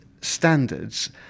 standards